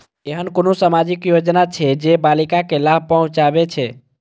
ऐहन कुनु सामाजिक योजना छे जे बालिका के लाभ पहुँचाबे छे?